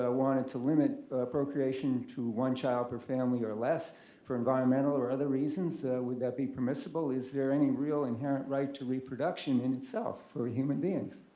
ah wanted to limit procreation to one child per family or less for environmental or other reasons would that be permissible? is there any real inherent right to reproduction in itself for human beings?